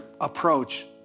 approach